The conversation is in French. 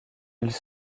ils